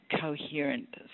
coherent